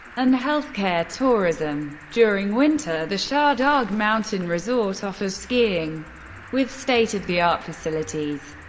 and health care tourism. during winter, the shahdag mountain resort offers skiing with state of the art facilities.